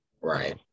right